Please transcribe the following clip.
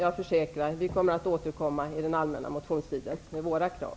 Jag försäkrar att vi avser att återkomma under den allmänna motionstiden med våra krav.